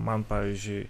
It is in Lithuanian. man pavyzdžiui